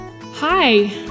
Hi